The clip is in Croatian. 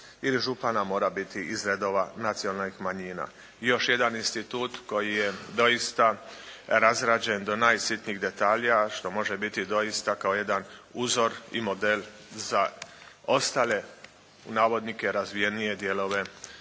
ili župana mora biti iz redova nacionalnih manjina. Još jedan institut koji je doista razrađen do najsitnijih detalja, a što može biti doista kao jedan uzor i model za ostale navodnike razvijenije dijelove